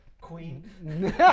Queen